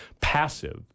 passive